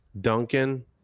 Duncan